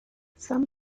some